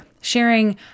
sharing